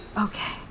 Okay